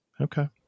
okay